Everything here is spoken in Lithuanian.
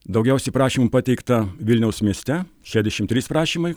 daugiausiai prašymų pateikta vilniaus mieste šedešim trys prašymai